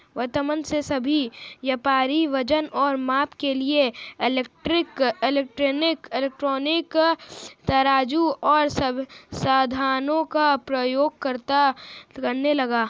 वर्तमान में सभी व्यापारी वजन और माप के लिए इलेक्ट्रॉनिक तराजू ओर साधनों का प्रयोग करने लगे हैं